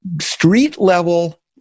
street-level